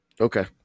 Okay